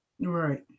Right